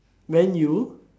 Man U